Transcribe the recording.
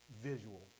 visual